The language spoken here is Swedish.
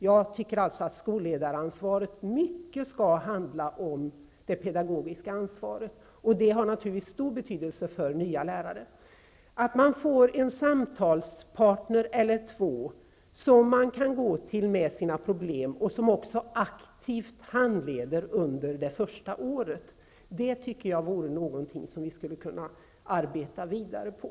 Jag tycker alltså att skolledaransvaret mycket skall handla om det pedagogiska ansvaret, vilket naturligtvis har stor betydelse för nya lärare. Att man under det första året får en samtalspartner eller två, som man kan gå till med sina problem och som också ger aktiv handledning är någonting som vi borde arbeta vidare på.